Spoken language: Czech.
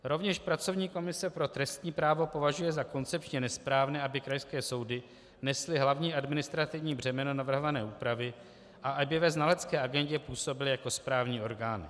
Rovněž pracovní komise pro trestní právo považuje za koncepčně nesprávné, aby krajské soudy nesly hlavní administrativní břemeno navrhované úpravy a aby ve znalecké agendě působily jako správní orgány.